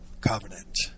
covenant